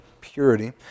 purity